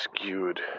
skewed